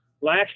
last